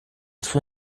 suo